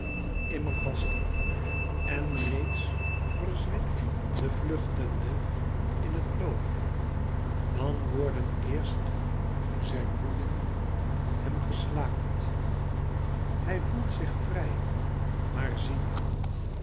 immer vaster en reeds verzwindt de vluchtende in het loof dan worden eerst zijn boeyen hem geslaakt hij voelt zich vrij maar zie